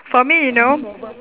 for me you know